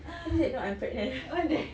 then she said no I'm pregnant